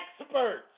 experts